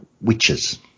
witches